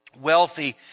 wealthy